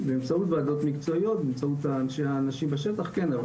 באמצעות ועדות מקצועיות, באמצעות אנשים בשטח, כן.